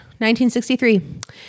1963